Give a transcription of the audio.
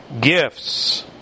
gifts